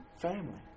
family